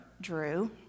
Drew